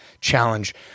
challenge